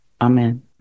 amen